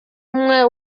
umwe